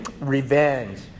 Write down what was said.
revenge